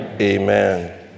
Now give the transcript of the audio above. Amen